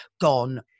gone